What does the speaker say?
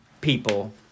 people